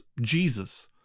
Jesus